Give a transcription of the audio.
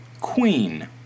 Queen